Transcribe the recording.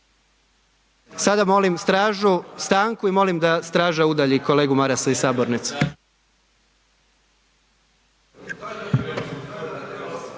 Sada molim stražu, stanku i molim da straža udalji kolegu Marasa iz sabornice.